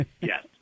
Yes